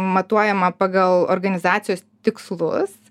matuojama pagal organizacijos tikslus